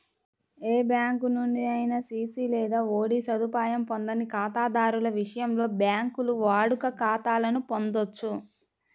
ఏ bank నుండి అయినా CC లేదా ఓడి సదుపాయం పొందని ఖాతాదారుల విషయంలో, బ్యాంకులు వాడుక ఖాతాలను పొందొచ్చు